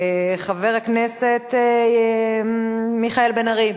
חבר הכנסת מיכאל בן-ארי.